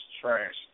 trash